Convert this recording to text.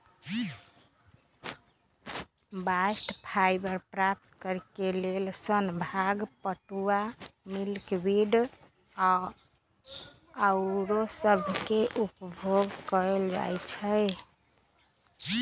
bast fibre प्राप्त करेके लेल सन, भांग, पटूआ, मिल्कवीड आउरो सभके उपयोग कएल जाइ छइ